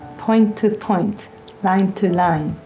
point to point, line to line.